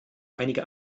einige